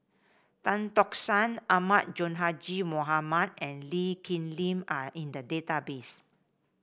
Tan Tock San Ahmad Sonhadji Mohamad and Lee Kip Lin are in the database